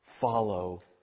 follow